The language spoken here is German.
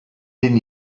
den